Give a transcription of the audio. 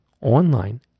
online